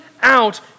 out